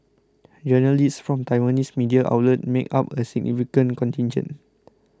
journalists from Taiwanese media outlets make up a significant contingent